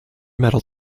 metal